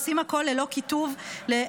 עושים הכול ללא קיטוב חברתי,